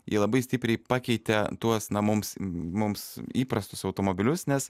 jie labai stipriai pakeitė tuos na mums mums įprastus automobilius nes